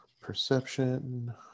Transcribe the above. perception